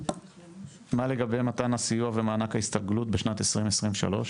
מה לגבי מתן הסיוע ומענק ההסתגלות בשנת 2023?